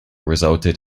resulted